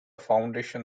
foundation